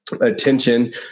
attention